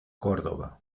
córdoba